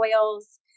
oils